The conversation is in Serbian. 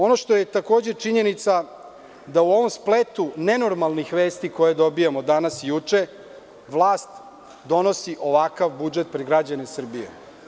Ono što je takođe činjenica da u ovom spletu nenormalnih vesti koje dobijamo danas i juče, vlast donosi ovakav budžet pred građane Srbije.